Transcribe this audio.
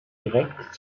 direkt